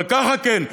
אבל ככה כן.